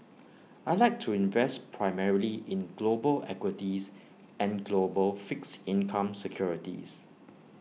I Like to invest primarily in global equities and global fixed income securities